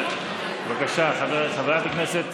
בבקשה, חברת הכנסת